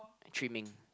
trimming